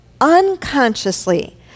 Unconsciously